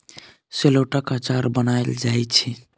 शेलौटक अचार बनाएल जाइ छै